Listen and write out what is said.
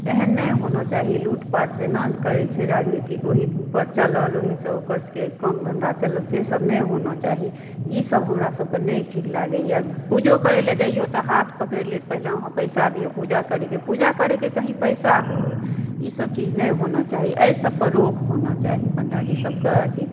एहन नहि होना चाही लूटपाट जेना जे करए छै राजनीतिक ओहि पर चलल ओहिसँ ओकर सबकेँ काम धन्धा चलल से सब नहि होना चाही ई सब हमरा सबकेँ नहि ठीक लागैए पूजो करए लऽ जइौ तऽ हाथ पकड़ि लेत पहिले अहाँ पैसा दिऔ पूजा करएके पूजा करएके कही पैसा होए ई सब चीज नहि होना चाही एहिसब पर रोक होना चाही पण्डाजी सबकेँ